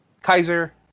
Kaiser